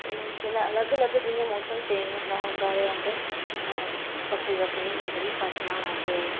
ते जेल्लै अलग अलग जियां मौसम चेंज होंदा होंदा ते अस बक्खरी बक्खरी जेह्ड़ी फसलां न अस